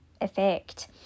effect